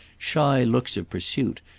shy looks of pursuit,